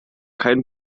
kein